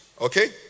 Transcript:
Okay